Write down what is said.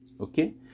Okay